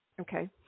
Okay